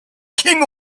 king